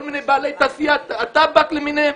כל מיני בעלי תעשיית הטבק למיניהם.